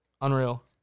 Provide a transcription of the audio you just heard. Unreal